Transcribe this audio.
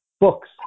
books